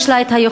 יש לה היכולות,